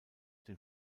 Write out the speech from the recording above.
den